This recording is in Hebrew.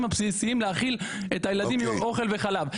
הבסיסיים להאכיל את הילדים עם אוכל וחלב.